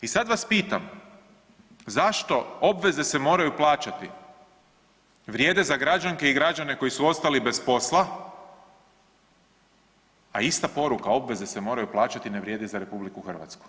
I sad vas pitam, zašto „obveze se moraju plaćati“ vrijede za građanke i građane koji su ostali bez posla, a ista poruka „obveze se moraju plaćati“ ne vrijede za RH?